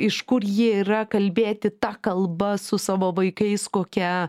iš kur jie yra kalbėti ta kalba su savo vaikais kokia